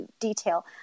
detail